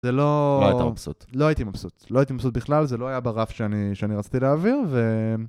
זה לא... -לא היית מבסוט. לא הייתי מבסוט. לא הייתי מבסוט בכלל, זה לא היה ברף שאני... שאני רציתי להעביר, ו...